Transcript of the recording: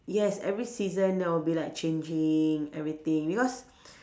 yes every season there will be like changing everything because